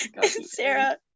Sarah